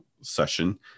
session